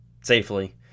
safely